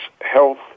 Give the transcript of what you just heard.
health